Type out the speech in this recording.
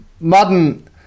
Madden